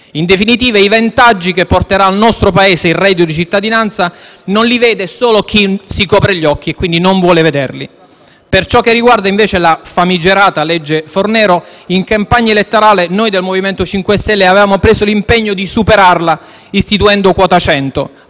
In definitiva, i vantaggi che porterà al nostro Paese il reddito di cittadinanza non li vede solo chi si copre gli occhi, perché non li vuole vedere. Per ciò che riguarda la famigerata legge Fornero, in campagna elettorale noi del MoVimento 5 Stelle avevamo preso l'impegno di superarla, istituendo la